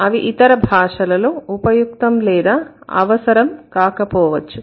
అవి ఇతర భాషలలో ఉపయుక్తం లేదా అవసరం కాకపోవచ్చు